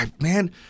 man